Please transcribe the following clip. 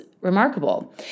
remarkable